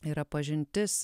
yra pažintis